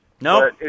No